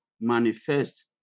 manifest